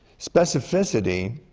specificity,